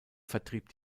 vertrieb